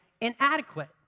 inadequate